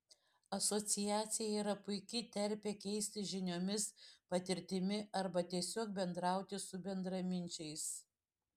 asociacija yra puiki terpė keistis žiniomis patirtimi arba tiesiog bendrauti su bendraminčiais